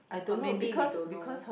or maybe we don't know